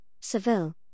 Seville